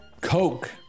Coke